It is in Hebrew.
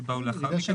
שבאו לאחר מכן,